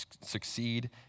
succeed